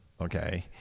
okay